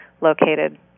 located